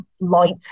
light